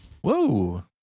Whoa